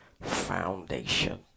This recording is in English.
foundation